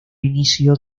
inicio